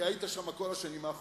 כי היית שם כל השנים האחרונות,